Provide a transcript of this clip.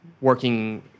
working